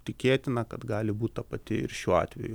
tikėtina kad gali būt ta pati ir šiuo atveju